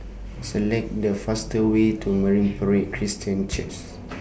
Select The fastest Way to Marine Parade Christian Centre